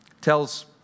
tells